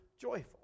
joyful